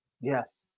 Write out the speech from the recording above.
yes